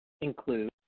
include